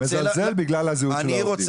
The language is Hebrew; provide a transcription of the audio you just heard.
מזלזל בגלל הזהות של העובדים.